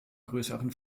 größeren